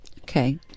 Okay